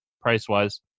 price-wise